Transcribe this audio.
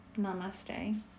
namaste